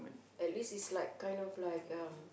at least it's like kind of like um